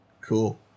Cool